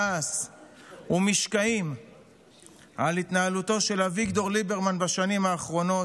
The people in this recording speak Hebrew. כעס ומשקעים על התנהלותו של אביגדור ליברמן בשנים האחרונות,